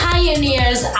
Pioneers